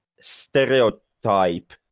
stereotype